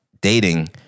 dating